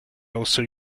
also